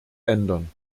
ändern